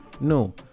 No